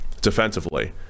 defensively